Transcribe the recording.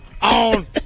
on